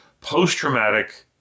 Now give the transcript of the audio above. post-traumatic